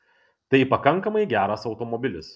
tai pakankamai geras automobilis